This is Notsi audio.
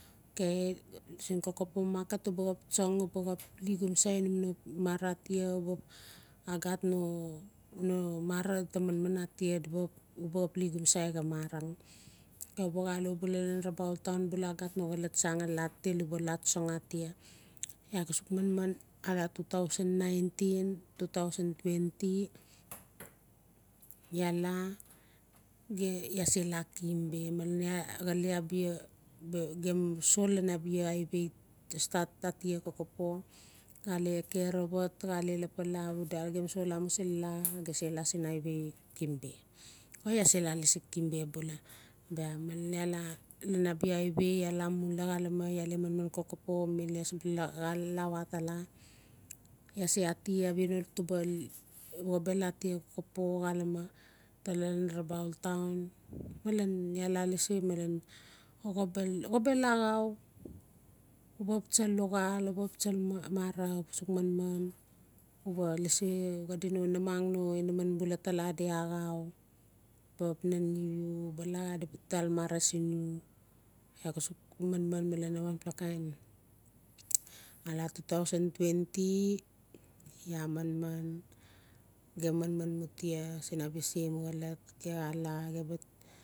Okay sin kokopo market uba xap tsong uba xap li gomsai num no mara atia uba agat no-no mara ta manman atia uba-uba xap li gomsai xa marang u ba xal bual lan rabau ltown agat no xolot tsa ngali latil la tsong atia iaa ga suk manman two thou nineteen two thou twenty iaa la bia iaa se la kimbe malen iaa xalili abia gem sol lan abia highway stat atia kokopo xale kerevat xale lapala vudal gem sol amusili la-la siin highway stat atia kokopo xale kerevat xale lapala vudal gem sol amusili la-la siin highway kimbe o iaa se la lasi kimbe bula bia malen iaa la lan abia highway iaa la mula xalame iaa le manman kokopo mil iaa sebula xa la watala iaa se ati abia no tuba xobel atia kokopo xalame tala lan rabaul town malen iaa la lasi malen xobel axau u ba xap tsale luxaal uba xaptsal mara uba inaman bula tala di axau di ba xap nan li u bala di ba tal mara siin iu iaa ga suk manman malen wanpla kain a la two thou twenty ia manman gem manman mu sin abia same xolof gem xa la